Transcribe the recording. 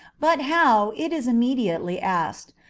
but how, it is immediately asked,